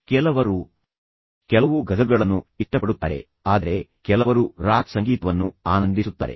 ಕೆಲವರು ಕೆಲವು ಗಝಲ್ಗಳನ್ನು ಇಷ್ಟಪಡುತ್ತಾರೆ ಆದರೆ ಕೆಲವರು ರಾಕ್ ಸಂಗೀತವನ್ನು ಆನಂದಿಸುತ್ತಾರೆ